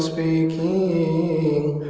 so e